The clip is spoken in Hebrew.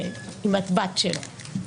אם את בת של.